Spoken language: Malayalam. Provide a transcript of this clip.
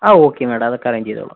ആ ഓക്കെ മാഡം അതൊക്കെ അറേഞ്ച് ചെയ്തോളാം